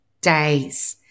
days